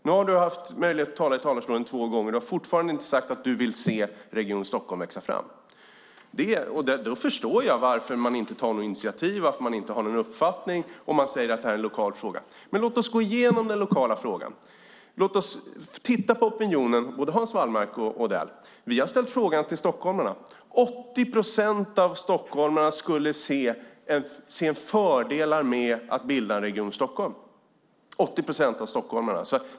Nu har ministern haft möjlighet att tala i talarstolen två gånger, och han har fortfarande inte sagt att han vill se Region Stockholm växa fram. Man säger att det här är en lokal fråga. Då förstår jag varför man inte tar några initiativ och varför man inte har någon uppfattning. Men låt oss gå igenom den lokala frågan. Låt oss titta på opinionen - både Hans Wallmark och Mats Odell! Vi har ställt frågan till stockholmarna. 80 procent av stockholmarna skulle se fördelar med att bilda en Region Stockholm.